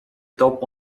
top